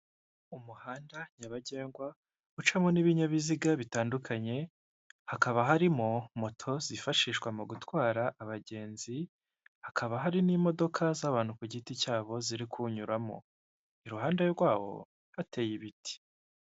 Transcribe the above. Umuhanda nyabagendwa ucamo n'ibinyabiziga bitandukanye hakaba harimo moto zifashishwa mu gutwara abagenzi, hakaba hari n'imodoka z'abantu ku giti cyabo ziri kuwunyuramo, iruhande rwawo hateye ibiti.